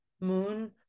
moon